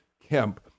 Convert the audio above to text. Kemp